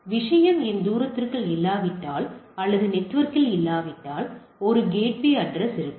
எனவே விஷயம் என் தூரத்திற்குள் இல்லாவிட்டால் அல்லது நெட்வொர்க்கில் இல்லாவிட்டால் ஒரு கேட்வே அட்ரஸ் உள்ளது